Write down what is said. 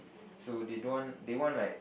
so they don't want they want like